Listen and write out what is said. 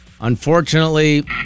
Unfortunately